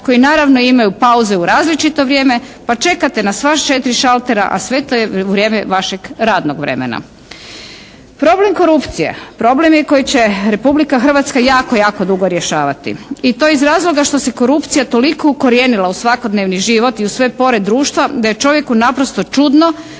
koji naravno imaju pauze u različito vrijeme pa čekate na sva četiri šaltera a sve to u vrijeme vašeg radnog vremena. Problem korupcije problem je koji će Republika Hrvatska jako dugo rješavati i to iz razloga što se korupcija toliko ukorijenila u svakodnevni život i u sve pore društva da je čovjeku naprosto čudno